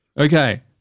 Okay